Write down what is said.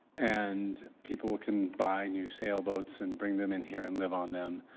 and people can buy new sailboats and bring them in here and live on them.